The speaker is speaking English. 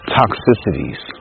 toxicities